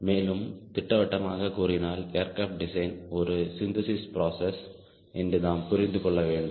மேலும் திட்டவட்டமாகக் கூறினால் ஏர்க்ரப்ட் டிசைன் ஒரு சிந்தசிஸ் ப்ராசஸ் என்று நாம் புரிந்து கொள்ள வேண்டும்